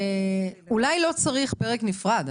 אולי לא צריך פרק נפרד,